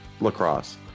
Lacrosse